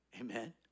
Amen